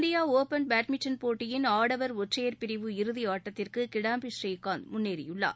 India open badminton போட்டியின் ஆடவர் ஒற்றையர் பிரிவு இறுதி ஆட்டத்திற்கு கிடாம்பி ஸ்ரீகாந்த் முன்னேறியுள்ளார்